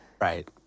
Right